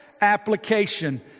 application